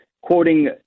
quoting